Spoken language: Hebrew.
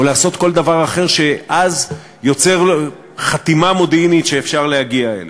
או לעשות כל דבר אחר שאז יוצר לו חתימה מודיעינית שאפשר להגיע אלה,